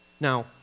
Now